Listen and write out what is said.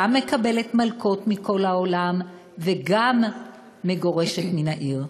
גם מקבלת מלקות מכל העולם וגם מגורשת מן העיר.